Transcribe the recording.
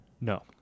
No